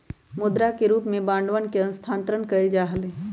मुद्रा के रूप में बांडवन के स्थानांतरण कइल जा हलय